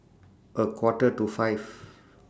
A Quarter to five